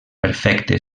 perfecte